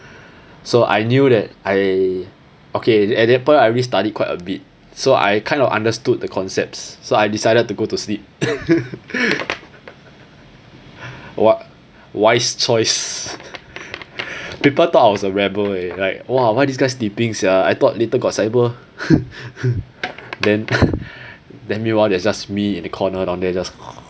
so I knew that I okay at that point I already study quite a bit so I kind of understood the concepts so I decided to go to sleep what wise choice people thought I was a rebel eh like !wah! why this guy sleeping sia I thought later got cyber then then meanwhile they was just me in the corner down there just